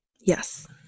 Yes